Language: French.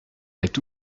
est